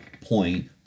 point